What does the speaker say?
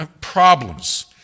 problems